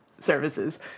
services